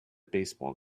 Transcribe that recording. baseball